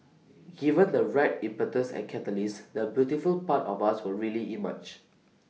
given the right impetus and catalyst the beautiful part of us will really emerge